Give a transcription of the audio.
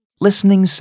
Listening